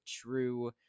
true